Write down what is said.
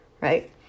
Right